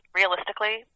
realistically